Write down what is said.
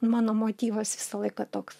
mano motyvas visą laiką toks